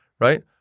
right